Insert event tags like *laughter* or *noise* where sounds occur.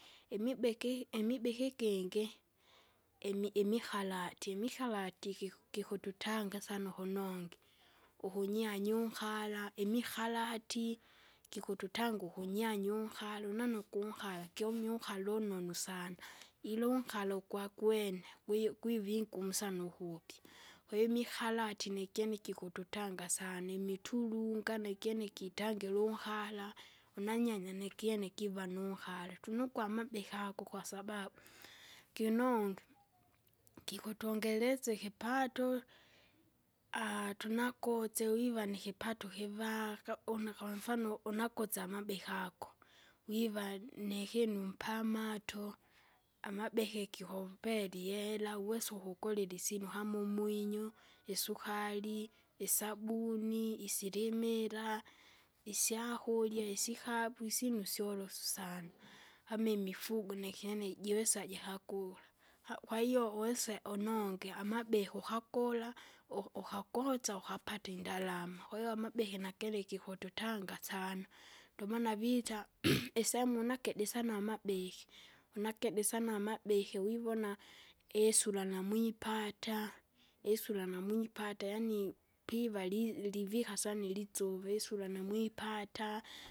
Imibeki imibeki ikingi, imi- imiharati, imiharati giku- gikututanga sana ukunongi, ukunyanya unkala, imikalati, gikututanga ukunyanya unkala. Unanuke unkala kyumie unkala unonu sana, ila unkala ukwkwene, gwigwive ingumu sana ukuupya. Kwahiyo imihalati nigyene gikututnga sana, imiturunga nigyene gitangile unkala, unanyanya nigyene giva nunhala, tunokwa amabiki ago kwasababu, ginonge, *noise* gikutongeresya ikipato, *hesitation* tunakotse wiva nikipato kivaka, une kwamfano unakotsa amabeka ako. Wiva nikinu mpamato, amabehe kikumpelaihera, uwesa ukugolila isinu kama umwinyo, *noise* isukari, isabuni, isilimila, isyakurya, isikapu isyinu slolosu sana, kama imifugo nikyene jusoa jikajikakula. *hesitation* kwahiyo uwese unongi. amabiko ukakula, u- ukakosa ukapata indalama, kwahiyo amabiki nakene gikututanga sana. Ndomana vita *noise* isemu nakide sana amabiki, unakidi sana amabiki wivona, isura namwipata, isura namwipata yani, piva li- livika sana ilitsuva, isura namwipata.